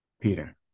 Peter